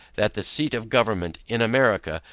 that the seat of government, in america,